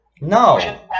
No